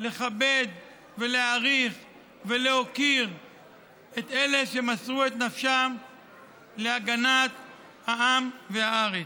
לכבד ולהעריך ולהוקיר את אלה שמסרו את נפשם להגנת העם והארץ.